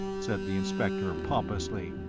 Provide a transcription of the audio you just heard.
said the inspector, pompously.